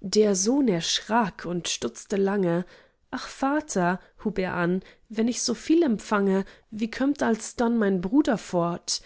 der sohn erschrak und stutzte lange ach vater hub er an wenn ich so viel empfange wie kömmt alsdann mein bruder fort